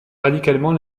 radicalement